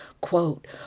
Quote